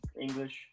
english